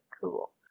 cool